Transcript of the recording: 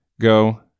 Go